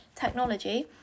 Technology